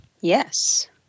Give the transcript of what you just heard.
Yes